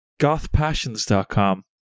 gothpassions.com